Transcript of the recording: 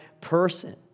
person